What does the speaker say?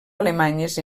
alemanyes